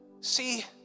see